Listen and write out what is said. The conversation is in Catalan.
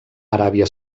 aràbia